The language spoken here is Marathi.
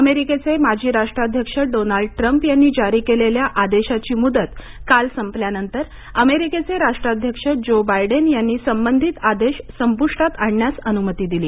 अमेरिकेचे माजी राष्ट्राध्यक्ष डोनाल्ड ट्रम्प यांनी जारी केलेल्या आदेशाची मुदत काल संपल्यानंतर अमेरिकेचे राष्ट्राध्यक्ष जो बायडेन यांनी संबंधित आदेश संपुष्टात आणण्यास अनुमती दिली